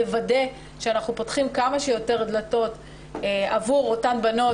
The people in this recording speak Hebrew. לוודא שאנחנו פותחים כמה שיותר דלתות עבור אותן בנות,